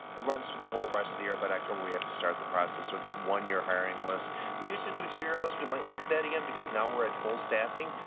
the runs through the whole rest of the year. but october we have to start the process. so it's a one year hiring list we used to do to your lists. we might look at that again because now we're at full staffing.